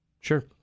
Sure